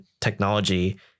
technology